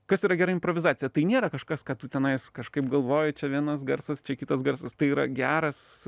kas yra gera improvizacija tai nėra kažkas ką tu tenais aš kažkaip galvoji čia vienas garsas čia kitas garsas tai yra geras